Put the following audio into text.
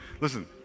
listen